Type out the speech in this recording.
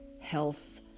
health